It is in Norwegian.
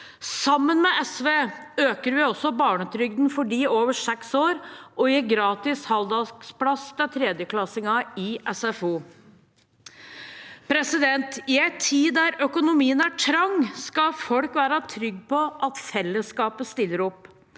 Sammen med SV øker vi også barnetrygden for dem over 6 år, og vi gir gratis halvdagsplass til tredjeklassingene i SFO. I en tid der økonomien er trang, skal folk være trygg på at fellesskapet stiller opp.